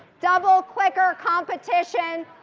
double clicker competition.